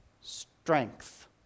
strength